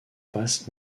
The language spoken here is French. passent